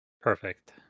Perfect